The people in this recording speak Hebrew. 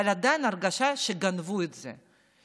אבל עדיין ההרגשה היא שגנבו את זה,